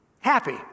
Happy